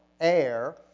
air